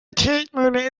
tretmühle